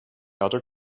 other